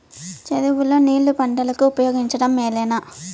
చెరువు లో నీళ్లు పంటలకు ఉపయోగించడం మేలేనా?